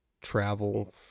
Travel